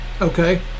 Okay